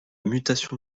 mutation